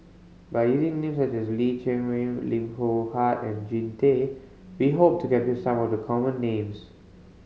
by using names such as Lee Chiaw Meng Lim Loh Huat and Jean Tay we hope to capture some of the common names